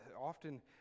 often